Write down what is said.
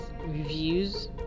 reviews